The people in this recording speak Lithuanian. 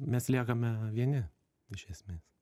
mes liekame vieni iš esmės